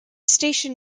station